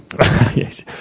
Yes